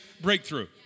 breakthrough